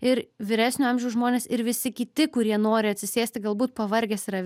ir vyresnio amžiaus žmonės ir visi kiti kurie nori atsisėsti galbūt pavargęs yra